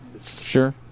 Sure